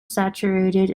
saturated